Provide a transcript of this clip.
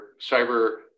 cyber